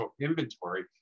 inventory